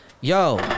Yo